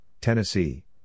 Tennessee